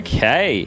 Okay